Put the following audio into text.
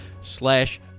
slash